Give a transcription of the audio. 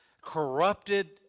corrupted